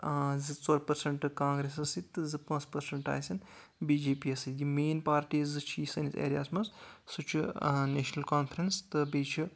زٕ ژور پٔرسنٛٹ کانگریسس سۭتۍ تہٕ زٕ پانٛژھ پٔرسنٛٹ آسن بی جے پی یَس سۭتۍ یِم مین پارٹیٖز زٕ چھِ سٲنِس ایریاہَس منٛز سُہ چھُ نیشنَل کانفرنس تہٕ بٚییہِ چھُ